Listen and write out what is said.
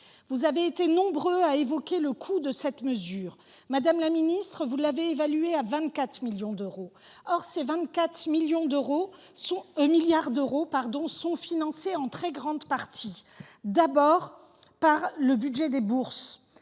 Vous avez été nombreux à évoquer le coût de cette mesure. Madame la ministre, vous l’avez évalué à 24 milliards d’euros. Or ces 24 milliards d’euros seraient financés d’abord et en très grande partie par le budget des bourses,